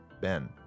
ben